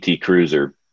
cruiser